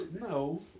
No